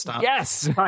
Yes